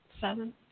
Seven